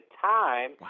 time